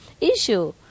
issue